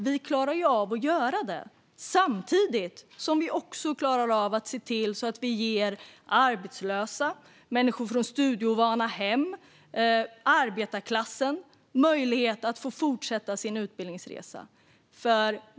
Vi klarar också av att göra det, samtidigt som vi klarar av att se till att ge arbetslösa, människor från studieovana hem och arbetarklassen möjlighet att fortsätta sin utbildningsresa.